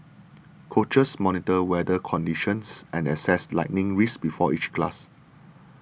coaches monitor weather conditions and assess lightning risks before each class